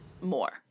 more